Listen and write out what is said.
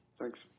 Thanks